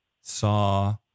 saw